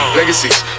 legacies